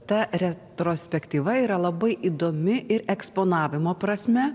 ta retrospektyva yra labai įdomi ir eksponavimo prasme